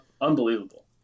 unbelievable